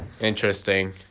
Interesting